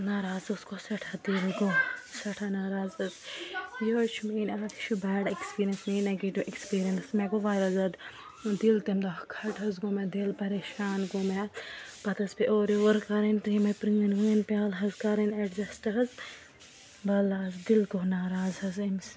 ناراض حظ گوٚو سٮ۪ٹھاہ دِل گوٚو سٮ۪ٹھاہ ناراض تہٕ یِہوٚے چھُ میٛٲنۍ یہِ چھُ بیڈ اٮ۪کٕسپیٖریَنٕس میٛٲنۍ نَگیٹِو اٮ۪کٕسپیٖریَنٕس مےٚ گوٚو واریاہ زیادٕ دِل تَمہِ دۄہ کھَٹہٕ حظ گوٚو مےٚ دِل پَریشان گوٚو مےٚ پَتہٕ حظ پے اورٕ یورٕ کَرٕنۍ تہٕ یِمَے پرٛٲنۍ وٲنۍ پیٛالہٕ حظ کَرٕنۍ اٮ۪ڈجَسٹ حظ والاہ حظ دِل گوٚو ناراض حظ أمِس